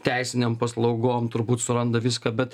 teisinėm paslaugom turbūt suranda viską bet